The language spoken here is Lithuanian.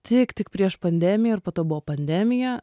tik tik prieš pandemiją ir po to buvo pandemija